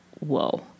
whoa